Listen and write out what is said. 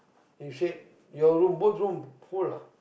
you said your room both room full ah